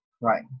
Right